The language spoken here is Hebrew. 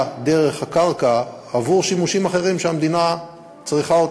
דרך הקרקע עבור שימושים אחרים שהמדינה צריכה,